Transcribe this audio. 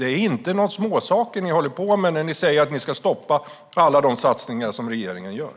Det är inte småsaker ni håller på med när ni säger att ni ska stoppa alla de satsningar som regeringen gör.